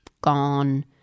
gone